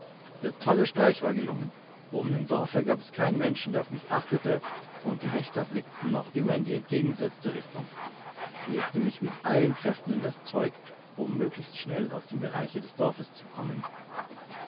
der tolle streich war gelungen oben im dorfe gab es keinen menschen der auf mich achtete und die wächter blickten noch immer in die entgegengesetzte richtung ich legte mich mit allen kräften in das zeug um möglichst schnell aus dem bereiche des dorfes zu kommen